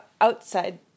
outside